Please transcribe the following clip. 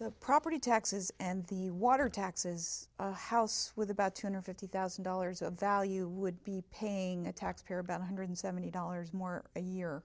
the property taxes and the water taxes house with about two hundred fifty thousand dollars of value would be paying a taxpayer about one hundred seventy dollars more a year